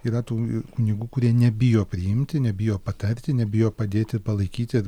yra tų kunigų kurie nebijo priimti nebijo patarti nebijo padėti ir palaikyti